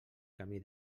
camí